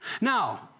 Now